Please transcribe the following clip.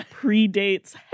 predates